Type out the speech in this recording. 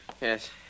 Yes